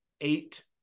eight